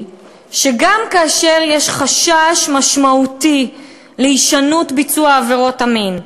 היא שגם כאשר יש חשש משמעותי להישנות ביצוע עבירות המין,